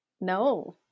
No